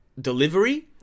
delivery